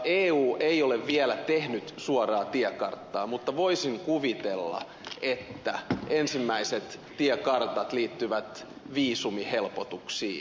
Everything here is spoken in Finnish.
eu ei ole vielä tehnyt suoraa tiekarttaa mutta voisin kuvitella että ensimmäiset tiekartat liittyvät viisumihelpotuksiin